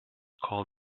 called